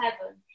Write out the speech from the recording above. heaven